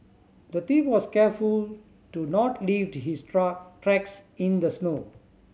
the thief was careful to not leaved his tracks in the snow